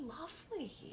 lovely